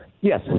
Yes